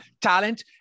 talent